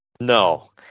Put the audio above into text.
No